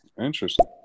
Interesting